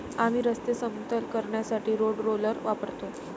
आम्ही रस्ते समतल करण्यासाठी रोड रोलर वापरतो